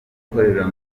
gukorera